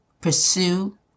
pursue